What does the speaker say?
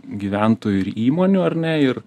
gyventojų ir įmonių ar ne ir